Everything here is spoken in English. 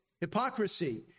hypocrisy